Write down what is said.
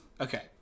Okay